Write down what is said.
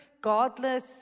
godless